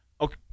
Okay